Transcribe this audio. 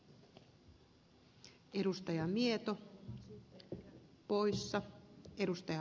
onpa aika kenkku juttu